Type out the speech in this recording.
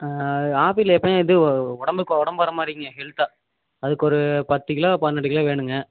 apple எப்பையுமே இது உடம்புக்கு உடம்பு வர மாதிரி இருக்குங்க ஹெல்த்தாக அதுக்கொரு பத்துக் கிலோ பன்னெண்டு கிலோ வேணுங்க